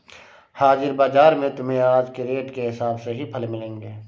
हाजिर बाजार में तुम्हें आज के रेट के हिसाब से ही फल मिलेंगे